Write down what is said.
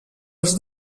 els